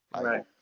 Right